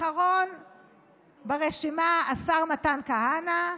אחרון ברשימה, השר מתן כהנא: